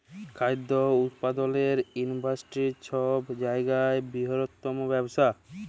খাদ্য উৎপাদলের ইন্ডাস্টিরি ছব জায়গার বিরহত্তম ব্যবসা